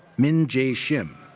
min j. shim.